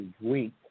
Week